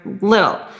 little